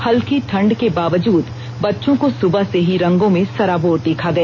हल्की ठढ़ के बावजूद बच्चों को सुबह से ही रंगों में सराबोर देखा गया